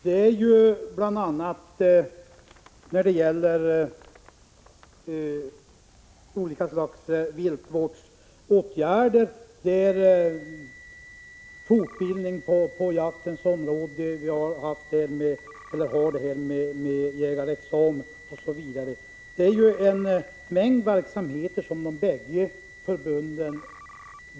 Det gäller bl.a. olika slags viltvårdsåtgärder, fortbildning på jaktens område med bl.a. jägarexamen, osv. En mängd verksamheter bedrivs av båda förbunden.